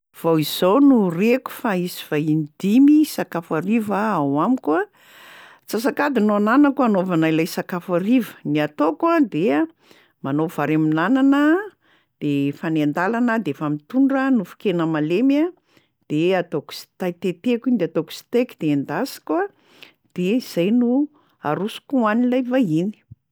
Vao izao no reko fa hisy vahiny dimy hisakafo hariva ao amiko a, antsasak'adiny no ananako anaovana ilay sakafo hariva, ny ataoko a dia manao vary amin'anana aho, de efa any an-dàlana aho de efa mitondra nofon-kena malemy a de ataoko stea- tetehiko iny de ataoko steak de endasiko a, de zay no arosoko ho an'lay vahiny.